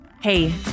Hey